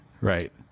right